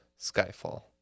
Skyfall